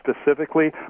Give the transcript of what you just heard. specifically